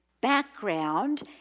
background